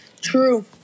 True